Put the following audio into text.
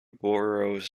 boroughs